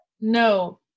No